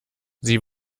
sie